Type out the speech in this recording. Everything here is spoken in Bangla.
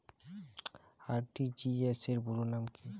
আর.টি.জি.এস পুরো নাম কি?